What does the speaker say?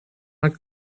not